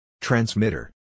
Transmitter